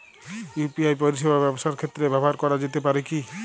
UPI পরিষেবা ব্যবসার ক্ষেত্রে ব্যবহার করা যেতে পারে কি?